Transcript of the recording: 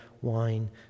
wine